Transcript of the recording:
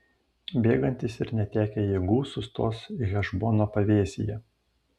bėgantys ir netekę jėgų sustos hešbono pavėsyje